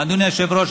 אדוני היושב-ראש,